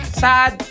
sad